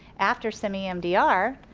after cmdr,